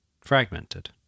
fragmented